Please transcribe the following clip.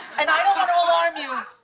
and i don't want to alarm you,